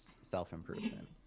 self-improvement